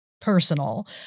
personal